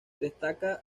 destaca